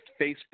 Facebook